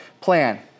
plan